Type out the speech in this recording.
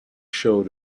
showed